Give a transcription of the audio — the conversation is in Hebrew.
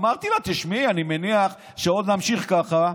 אמרתי לה: תשמעי, אני מניח שעוד נמשיך ככה,